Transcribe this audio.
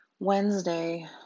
Wednesday